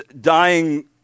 dying